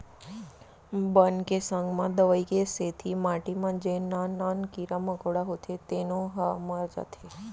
बन के संग म दवई के सेती माटी म जेन नान नान कीरा मकोड़ा होथे तेनो ह मर जाथें